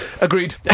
Agreed